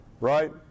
right